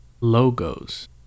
logos